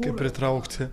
kaip pritraukti